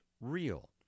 real